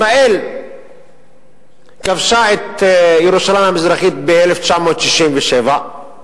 ישראל כבשה את ירושלים המזרחית ב-1967,